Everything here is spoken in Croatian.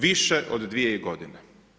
Više od dvije godine.